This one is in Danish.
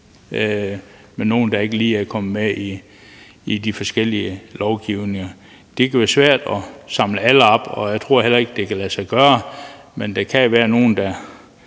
nogle, der ikke lige er kommet med ind under de forskellige lovgivninger. Det kan være svært at samle alle op, og jeg tror heller ikke, det kan lade sig gøre.